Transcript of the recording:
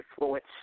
influence